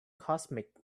cosmic